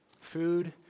Food